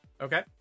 Okay